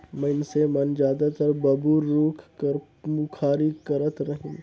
मइनसे मन जादातर बबूर रूख कर मुखारी करत रहिन